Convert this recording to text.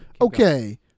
Okay